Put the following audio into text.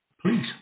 please